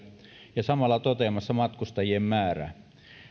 ja samalla toteamassa matkustajien määrää